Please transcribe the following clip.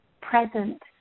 present